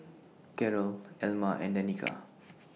Carroll Elma and Danica